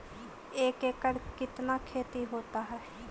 एक एकड़ कितना खेति होता है?